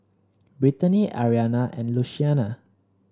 Brittany Ariana and Luciana